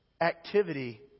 activity